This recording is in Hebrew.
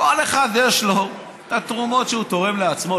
כל אחד יש לו את התרומות שהוא תורם לעצמו,